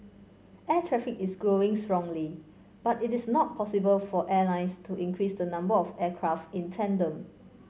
air traffic is growing strongly but it is not possible for airlines to increase the number of aircraft in tandem